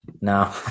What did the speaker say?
No